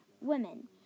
women